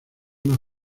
unas